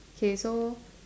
okay so